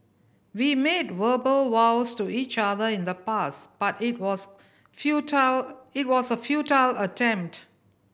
we made verbal vows to each other in the past but it was futile it was a futile attempt